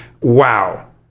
wow